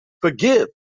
Forgive